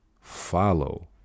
follow